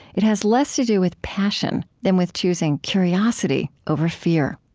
it has less to do with passion than with choosing curiosity over fear